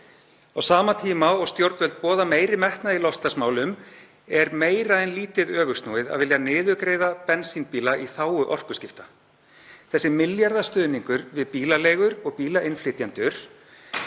Á sama tíma og stjórnvöld boða meiri metnað í loftslagsmálum er meira en lítið öfugsnúið að vilja niðurgreiða bensínbíla í þágu orkuskipta. Þessi milljarðastuðningur við bílaleigur og bílinnflytjendur